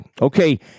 Okay